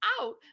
out